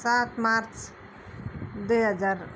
सात मार्च दुई हजार